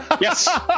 Yes